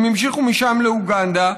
הם המשיכו משם לאוגנדה.